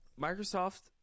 Microsoft